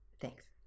Thanks